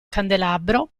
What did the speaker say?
candelabro